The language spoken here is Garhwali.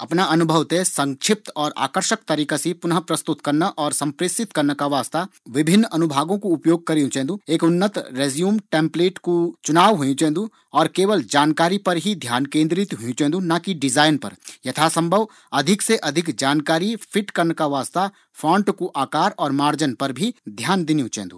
अफणा अनुभव थें संक्षिप्त और आकर्षक तरीका से पुनः प्रस्तुत करना और संप्रेषित करना का वास्ता विभिन्न अनुभागों कू प्रयोग करियूँ चैन्दु। एक उन्नत रैज्यूम टेम्पलेट कू चुनाव होंयु चैन्दु और केवल जानकारी पर ही ध्यान केंद्रित होंयु चैन्दु ना कि डिजाइन पर। यथासंभव अधिक से अधिक जानकारी फिट करना का वास्ता फॉण्ट का आकार और मार्जन पर भी ध्यान दिंन्यु चैन्दु।